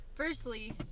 Firstly